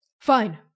Fine